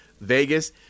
Vegas